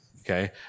Okay